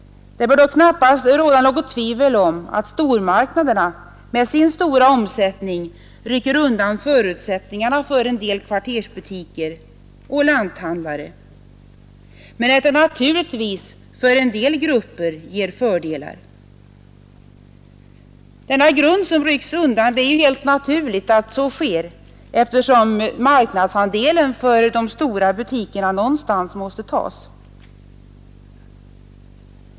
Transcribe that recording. Det bör knappast råda något tvivel om att stormarknaderna med sin stora omsättning rycker undan förutsättningarna för en del kvartersbutiker och lanthandlare, även om de naturligtvis för en del att förbättra servicen genom närbutiker att förbättra servicen genom närbutiker grupper innebär fördelar. Att denna grund rycks undan är helt naturligt eftersom marknadsandelen för de stora butikerna någonstans måste tas.